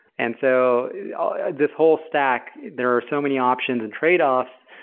and so this whole stack, there are so many options and tradeoffs.